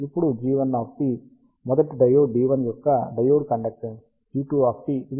ఇప్పుడు g1 మొదటి diode D1 యొక్క డయోడ్ కండక్తెన్స్ g2 ఇది